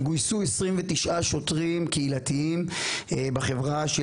גויסו 29 שוטרים קהילתיים בחברה,